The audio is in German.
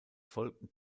folgten